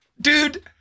Dude